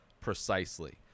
precisely